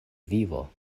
vivo